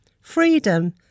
freedom